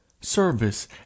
service